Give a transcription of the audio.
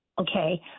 okay